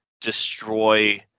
destroy